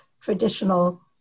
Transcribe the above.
traditional